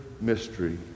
mystery